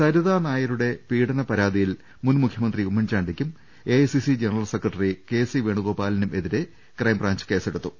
സരിതാനായരുടെ പീഡന പരാതിയിൽ മുൻമുഖ്യമന്ത്രി ഉമ്മൻചാണ്ടിക്കും AICC general secretary K C വേണു ഗോപാലിനും എതിരെ ക്രൈംബ്രാഞ്ച് കേസെടുത്തു